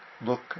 look